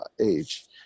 age